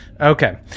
Okay